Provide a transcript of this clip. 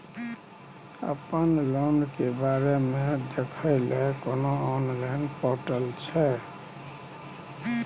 अपन लोन के बारे मे देखै लय कोनो ऑनलाइन र्पोटल छै?